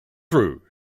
through